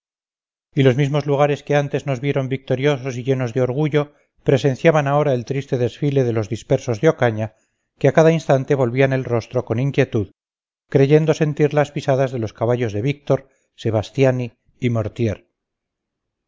y los mismos lugares que antes nos vieron victoriosos y llenos de orgullo presenciaban ahora el triste desfile de los dispersos de ocaña que a cada instante volvían el rostro con inquietud creyendo sentir las pisadas de los caballos de víctor sebastiani y mortier